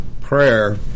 prayer